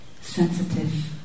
sensitive